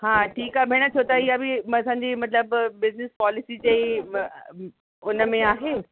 हा ठीकु आहे भेण छो त इहा बि असांजी मतलबु बिजनिस पॉलिसी जे ई हुन में आहे